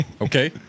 Okay